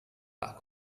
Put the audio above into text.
pak